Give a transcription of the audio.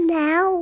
now